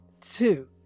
two